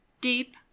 deep